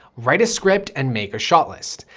write a script and make a shot list.